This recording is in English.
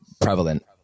prevalent